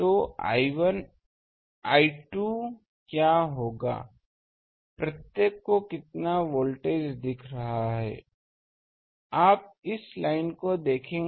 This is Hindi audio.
तो I2 क्या होगा प्रत्येक को कितना वोल्टेज दिख रहा है आप इस लाइन को देखें